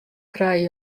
krije